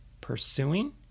pursuing